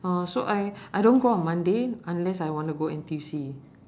uh so I I don't go out on monday unless I want to go N_T_U_C